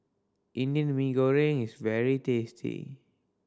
Indian Mee Goreng is very tasty